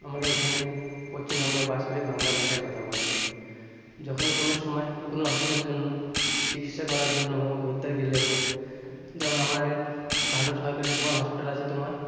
আমরা এখানে পশ্চিম বাংলায় বাস করে বাংলা ভাষায় কথা বলি যখন কোনো সময় কোনো অসুবিধার জন্য চিকিৎসা করার জন্য হোক ঘুরতে গেলে হোক যেমন আমরা ভালো সরকারি তোমার হসপিটাল আছে তোমার